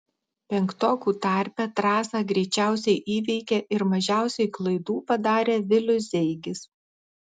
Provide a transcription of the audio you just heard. penktokų tarpe trasą greičiausiai įveikė ir mažiausiai klaidų padarė vilius zeigis